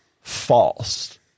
false